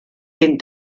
den